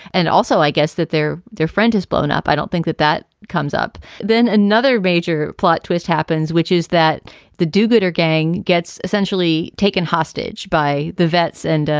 and also, i guess that their their friend has blown up. i don't think that that comes up. then another major plot twist happens, which is that the do gooder gang gets essentially taken hostage by the vets end. ah